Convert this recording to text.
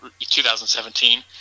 2017